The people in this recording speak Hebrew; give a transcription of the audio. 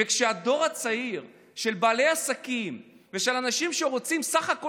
וכשהדור הצעיר של בעלי עסקים ושל אנשים שרוצים בסך הכול